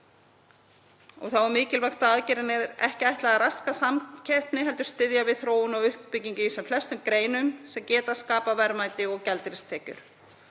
Þá er mikilvægt að aðgerðinni er ekki ætlað að raska samkeppni heldur styðja við þróun og uppbyggingu í sem flestum greinum sem geta skapað verðmæti og gjaldeyristekjur.